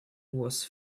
was